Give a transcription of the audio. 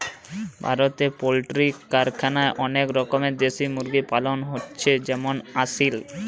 ভারতে পোল্ট্রি কারখানায় অনেক রকমের দেশি মুরগি পালন হচ্ছে যেমন আসিল